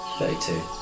Thirty-two